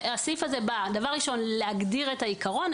הסעיף הזה בא, דבר ראשון להגדיר את העיקרון.